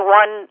one